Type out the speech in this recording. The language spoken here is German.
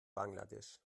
bangladesch